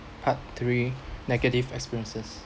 part three negative experiences